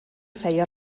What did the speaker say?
feia